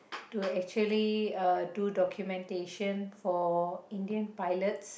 to actually uh do documentation for Indian pilots